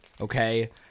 okay